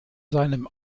seinem